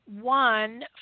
one